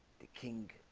the king